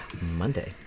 Monday